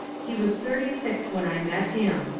he was thirty-six when i met him.